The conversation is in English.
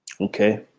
Okay